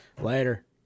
Later